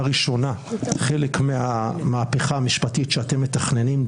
ראשונה חלק מהמהפכה המשפטית שאתם מתכננים.